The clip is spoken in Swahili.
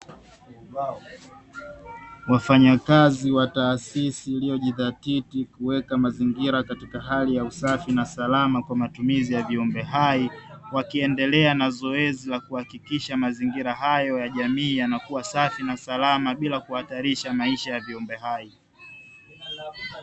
Wafanyakazi wa taasisi iliyo jidhatiti kuweka mazingira katika hali ya usafi na salama kwa matumizi ya viumbe hai, wakiendelea na zoezi la kuhamisha mazingira hayo ya jamii ya anakuwa safi na salama bila kuhatarisha maisha ya viumbe hai.